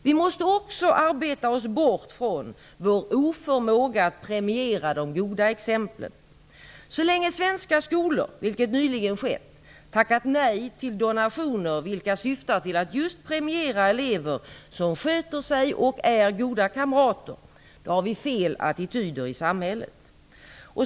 Vi måste också arbeta oss bort från vår oförmåga att premiera de goda exemplen. Så länge svenska skolor, vilket nyligen skett, tackat nej till donationer vilka syftar till att just premiera elever som sköter sig och är goda kamrater, har vi fel attityder i samhället.